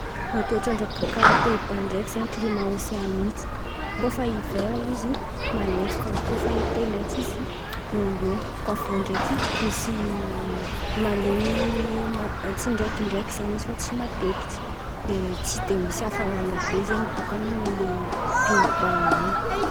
Toetran-dra bôka Peiba ndreky zen̈y kilima ôsean iniky, kôa fa hivera izy malefaka, ikoa fa ete ndreky izy iô iô koa avô ndreky misy malen̈y mando tsy ndrekindreky zen̈y izy fa tsy matetiky de misy afan̈a be zen̈y bôka amin’ny Peibaan̈y.